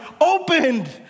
opened